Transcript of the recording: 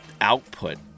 output